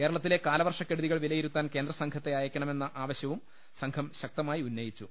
കേരളത്തിലെ കാലവർഷക്കെടുതികൾ വിലയിരു ത്താൻ കേന്ദ്രസംഘത്തെ അയക്കണമെന്ന ആവശ്യവും സംഘം ശക്ത മായി ഉന്ന യിച്ചു